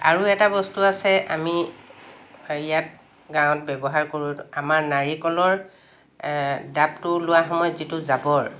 আৰু এটা বস্তু আছে আমি হেৰিয়াত গাঁৱত ব্যৱহাৰ কৰোঁ আমাৰ নাৰিকলৰ ডাবটো ওলোৱা সময়ত যিটো জাবৰ